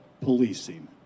policing